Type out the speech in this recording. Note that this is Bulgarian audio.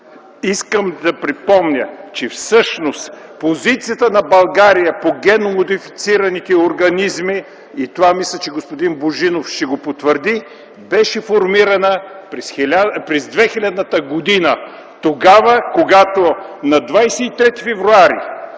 Искам да припомня, че всъщност позицията на България по генно модифицираните организми, и мисля, че господин Божинов ще потвърди това, беше формирана през 2000 г., когато на 23 февруари